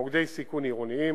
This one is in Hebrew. מוקדי סיכון עירוניים,